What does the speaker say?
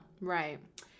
Right